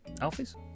Alfie's